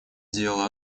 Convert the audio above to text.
дело